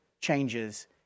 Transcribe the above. changes